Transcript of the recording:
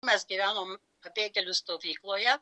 mes gyvenom pabėgėlių stovykloje